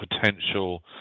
potential